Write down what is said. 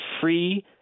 free